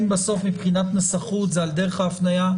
אם בסוף מבחינת נסחות זה על דרך ההפניה,